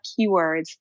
keywords